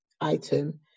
item